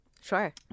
Sure